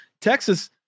Texas